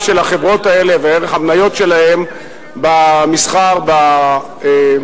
של החברות האלה וערך המניות שלהן במסחר בבורסה.